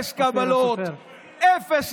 חבר הכנסת קרעי, די, אי-אפשר